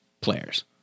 players